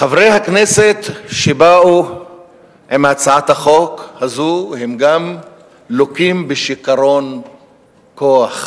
חברי הכנסת שבאו עם הצעת החוק הזו גם לוקים בשיכרון כוח.